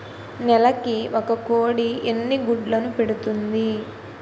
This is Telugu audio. నెలకి ఒక కోడి ఎన్ని గుడ్లను పెడుతుంది?